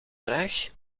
vraag